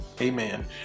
Amen